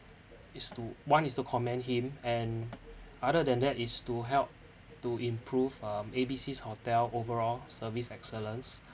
is to one is to commend him and other than that is to help to improve uh A B C's hotel overall service excellence